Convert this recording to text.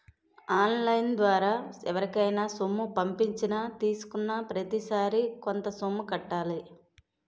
on line ద్వారా ఎవరికైనా సొమ్ము పంపించినా తీసుకున్నాప్రతిసారి కొంత సొమ్ము కట్టాలి